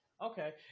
Okay